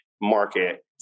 market